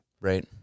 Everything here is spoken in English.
Right